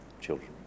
children